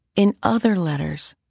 in other laters,